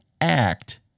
act